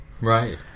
right